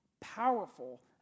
powerful